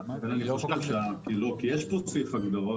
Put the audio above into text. יש פה סעיף הגדרות,